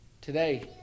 Today